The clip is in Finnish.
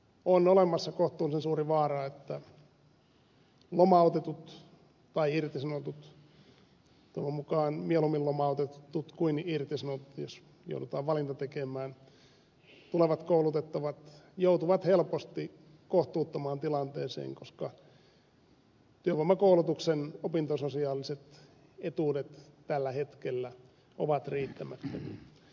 on olemassa kohtuullisen suuri vaara että lomautetut tai irtisanotut toivon mukaan mieluummin lomautetut kuin irtisanotut jos joudutaan valinta tekemään tulevina koulutettavina joutuvat helposti kohtuuttomaan tilanteeseen koska työvoimakoulutuksen opintososiaaliset etuudet tällä hetkellä ovat riittämättömiä